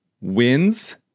wins